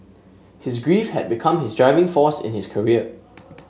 his grief had become his driving force in his career